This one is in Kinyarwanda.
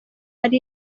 ari